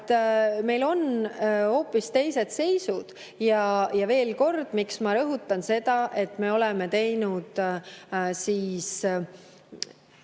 meil on hoopis teised seisud. Ja veel kord, ma rõhutan seda, et me oleme teinud väga